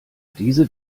diese